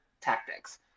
tactics